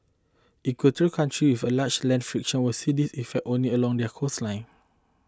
equatorial country with a large land fraction will see these effects only along their coastlines